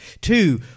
Two